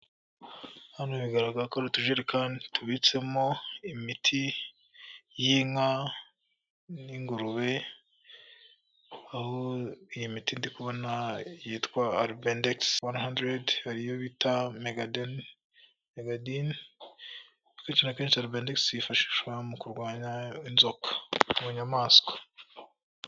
Hano bigaraga ko ari utujerekani tubitsemo imiti y'inka n'ingurube, iyi miti ndi kubona yitwa aribendegisi wani handeredi hariyo bita megadini kenshi na kenshi benegisi yifashishwa mu kurwanya inzoka mu nyamaswa.